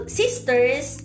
sisters